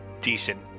decent